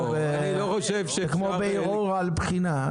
כמו בערעור על בחינה.